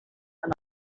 and